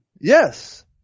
Yes